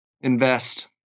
Invest